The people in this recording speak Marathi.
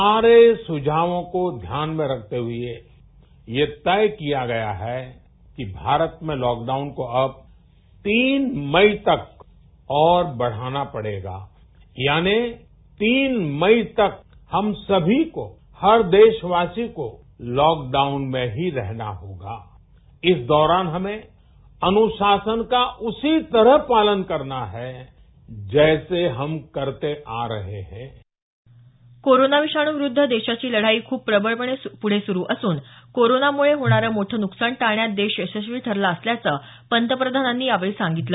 सारे सुझावो को ध्यान में रखते हुए यह तय किया गया है कि भारत में लॉक डाऊन को अब तीन मई तक और बढाना पडेगा याने तीन मई तक हम सभी को हर देस वासीको लॉकडाऊन में ही रहना होगा इस दौरान हमें अनूशासन का उसी तरह पालन करना है जैसे हम करते आ रहे है कोरोना विषाणू विरुद्ध देशाची लढाई खूप प्रबळपणे पुढे सुरू असून कोरोनामुळे होणार मोठं नुकसान टाळण्यात देश यशस्वी ठरला असल्याचं पंतप्रधानांनी यावेळी सांगितलं